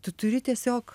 tu turi tiesiog